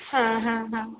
হ্যাঁ হ্যাঁ হ্যাঁ